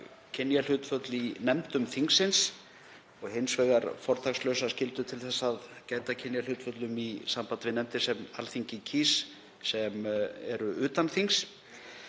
kynjahlutföll í nefndum þingsins og hins vegar fortakslausa skyldu til að gæta að kynjahlutföllum í sambandi við nefndir sem Alþingi kýs sem eru utan þings.